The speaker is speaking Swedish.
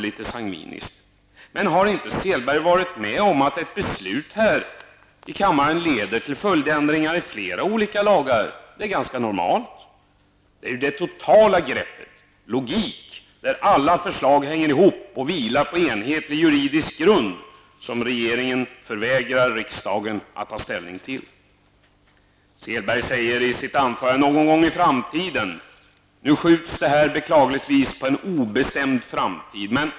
Har inte Åke Sellberg varit med om att ett beslut här i kammaren leder till följdändringar i flera olika lagar? Det är ganska normalt. Det är det totala greppet, logiken, där alla förslag hänger ihop och vilar på en enhetlig juridisk grund som regeringen förvägrar riksdagen att ta ställning till. Någon gång i framtiden, säger Åke Selberg i sitt anförande. Nu skjuts det hela beklagligtvis på en obestämd framtid.